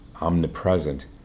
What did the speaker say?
omnipresent